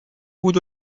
بود